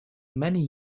many